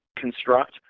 construct